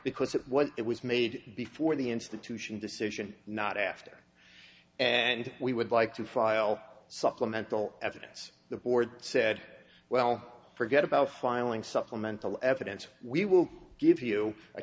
because it was it was made before the institution decision not after and we would like to file supplemental evidence the board said well forget about filing supplemental evidence we will give you a